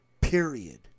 period